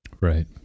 Right